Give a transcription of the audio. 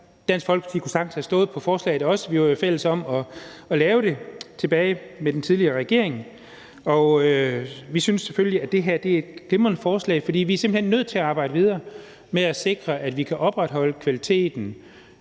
Dansk Folkeparti kunne sagtens have stået på forslaget også. Vi var jo fælles om at lave det tilbage med den tidligere regering, og vi synes selvfølgelig, at det her er et glimrende forslag, for vi er simpelt hen nødt til at arbejde videre med at sikre, at vi kan opretholde kvaliteten